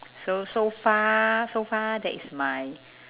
so so far so far that is my